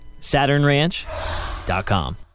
SaturnRanch.com